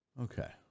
Okay